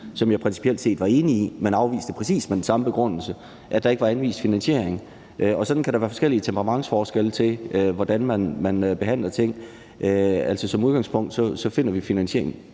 set var enig i, men som jeg afviste med præcis den samme begrundelse, nemlig at der ikke var anvist finansiering, og sådan kan der være temperamentsforskelle, i forhold til hvordan man behandler ting. Som udgangspunkt skal der findes finansiering.